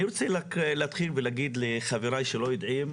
אני רוצה להתחיל ולהגיד לחבריי שלא יודעים,